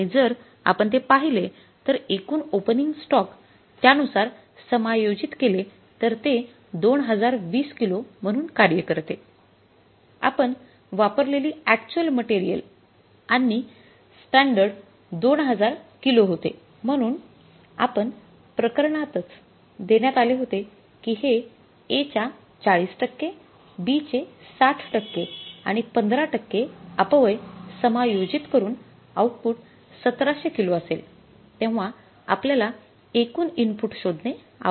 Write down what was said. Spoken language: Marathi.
आणि जर आपण ते पाहिले तर एकूण ओपनिंग स्टॉक त्यानुसार समायोजित केले तर ते 2020 किलो म्हणून कार्य करते आपण वापरलेली एक्च्युअल मटेरियल आणि स्टॅंडर्ड २००० किलो होते म्हणूनच आपण प्रकरणातच देण्यात आले होते की हे A च्या ४० टक्के B चे ६० टक्के आहे आणि १५ टक्के अपव्यय समायोजित करून आउटपुट १७०० किलो असेल तेव्हा आपल्याला एकूण इनपुट शोधणे आवश्यक आहे